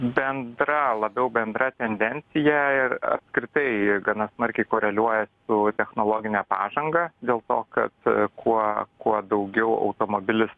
bendra labiau bendra tendencija ir apskritai gana smarkiai koreliuoja su technologine pažanga dėl to kad kuo kuo daugiau automobilis